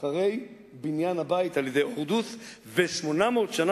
אחרי בניין הבית על-ידי הורדוס ו-800 שנה